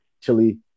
chili